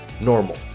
normal